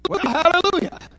Hallelujah